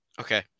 Okay